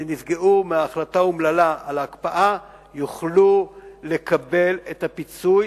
שנפגעו מההחלטה האומללה על ההקפאה יוכלו לקבל את הפיצוי